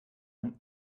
einen